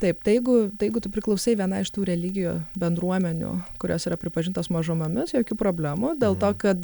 taip tai jeigu tai jeigu tu priklausai vienai iš tų religijų bendruomenių kurios yra pripažintos mažumomis jokių problemų dėl to kad